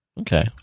Okay